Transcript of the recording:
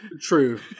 True